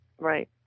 Right